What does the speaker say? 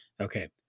Okay